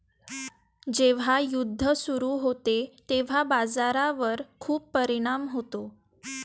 जेव्हा युद्ध सुरू होते तेव्हा बाजारावर खूप परिणाम होतो